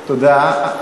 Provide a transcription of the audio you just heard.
תודה.